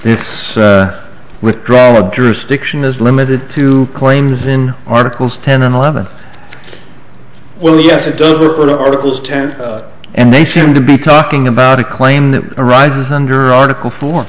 it's withdrawal of jurisdiction is limited to claims in articles ten and eleven well yes it does work for the articles ten and they tend to be talking about a claim that a right under article for